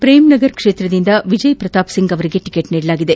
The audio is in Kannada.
ಶ್ರೇಮ್ನಗರ್ ಕ್ಷೇತ್ರದಿಂದ ವಿಜಯ್ ಪ್ರತಾಪ್ ಸಿಂಗ್ ಅವರಿಗೆ ಟಿಕೆಟ್ ನೀಡಲಾಗಿದೆ